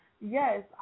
yes